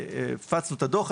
כשהפצנו את הדוח,